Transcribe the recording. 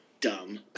Dumb